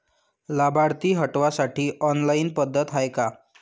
लाभार्थी हटवासाठी ऑनलाईन पद्धत हाय का?